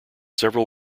several